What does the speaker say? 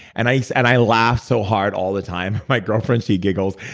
and i and i laugh so hard all the time. my girlfriend, she giggles,